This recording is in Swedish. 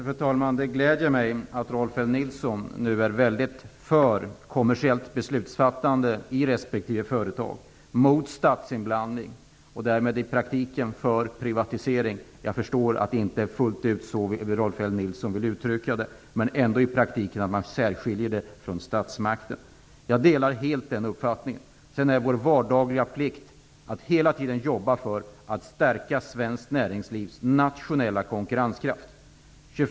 Fru talman! Det gläder mig att Rolf L Nilson nu är mycket för ett kommersiellt beslutsfattande i respektive företag -- att han är mot statsinblandning och därmed i praktiken för en privatisering. Jag förstår att det inte är riktigt så Rolf L Nilson vill uttrycka sig. I praktiken handlar det ändå om en särskillnad i förhållande till statsmakten, och jag delar helt den uppfattningen. Det är vår plikt att i vardagen hela tiden jobba för att svenskt näringslivs nationella konkurrenskraft stärks.